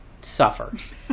suffers